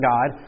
God